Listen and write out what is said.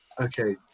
Okay